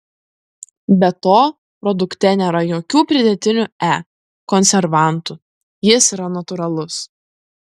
be to produkte nėra jokių pridėtinių e konservantų jis yra natūralus